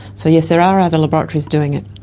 so yes, there are other laboratories doing it.